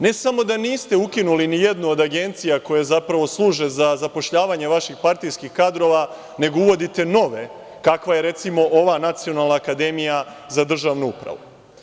Ne samo da niste ukinuli ni jednu od agencija, koje zapravo služe za zapošljavanje vaših partijskih kadrova, nego uvodite nove, kakva je recimo ova Nacionalna akademija za državnu upravu.